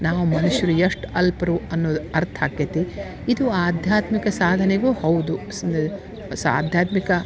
ನಾವು ಮನುಷ್ಯರು ಎಷ್ಟು ಅಲ್ಪರು ಅನ್ನೋದು ಅರ್ಥ ಆಕ್ತೈತಿ ಇದು ಆಧ್ಯಾತ್ಮಿಕ ಸಾಧನೆಯೂ ಹೌದು ಸ್ ಸ್ ಆಧ್ಯಾತ್ಮಿಕ